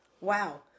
Wow